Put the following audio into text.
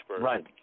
Right